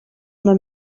una